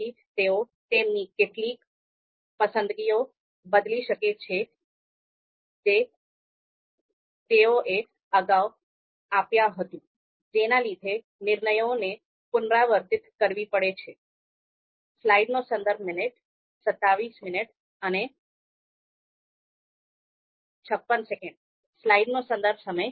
તેથી તેઓ તેમની કેટલીક પસંદગીઓ બદલી શકે છે જે તેઓએ અગાઉ આપ્યું હતું જેના લીધે નિર્ણયોને પુનરાવર્તિત કરવી પડે છે